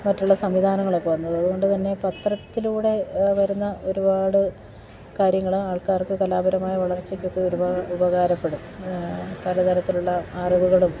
മറ്റുള്ള സംവിധാനങ്ങളൊക്കെ വന്നത് അതുകൊണ്ട് തന്നെ പത്രത്തിലൂടെ വരുന്ന ഒരുപാട് കാര്യങ്ങൾ ആൾക്കാർക്ക് കലാപരമായ വളർച്ചക്കൊക്കെ ഒരുപാട് ഉപകാരപ്പെടും പല തരത്തിലുള്ള അറിവുകളും